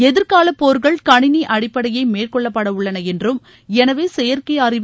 எதிர்காலப் போர்கள் கணினி அடிப்படையை மேற்கொள்ளப்படவுள்ளன என்றும் எனவே செயற்கை அறிவு